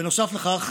בנוסף לכך,